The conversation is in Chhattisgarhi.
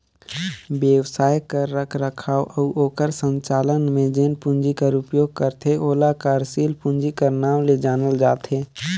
बेवसाय कर रखरखाव अउ ओकर संचालन में जेन पूंजी कर उपयोग करथे ओला कारसील पूंजी कर नांव ले जानल जाथे